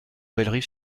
bellerive